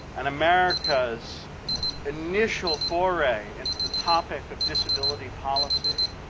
and america's initial foray into the topic of disability policy,